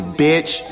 bitch